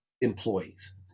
employees